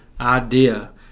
idea